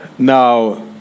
Now